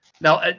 now